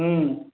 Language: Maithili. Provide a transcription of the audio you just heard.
हुँ